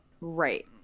Right